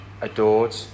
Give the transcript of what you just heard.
adored